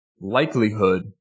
likelihood